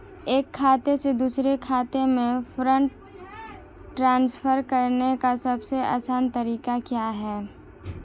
एक खाते से दूसरे खाते में फंड ट्रांसफर करने का सबसे आसान तरीका क्या है?